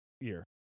year